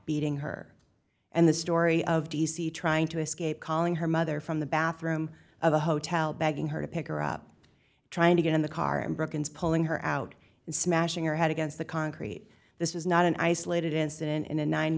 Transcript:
beating her and the story of d c trying to escape calling her mother from the bathroom of a hotel begging her to pick her up trying to get in the car him brooke ins pulling her out and smashing or had against the concrete this was not an isolated incident in a nine